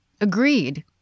Agreed